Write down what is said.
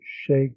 shake